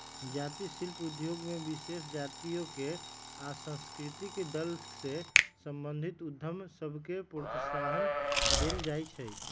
जाती शिल्प उद्योग में विशेष जातिके आ सांस्कृतिक दल से संबंधित उद्यम सभके प्रोत्साहन देल जाइ छइ